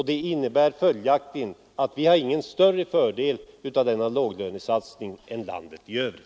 Det innebär följaktligen att vi där inte har större fördel av denna låglönesatsning än landet i övrigt.